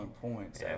points